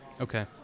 Okay